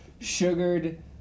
sugared